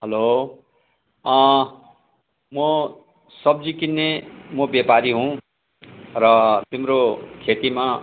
हलो अँ म सब्जी किन्ने म बेपारी हुँ र तिम्रो खेतीमा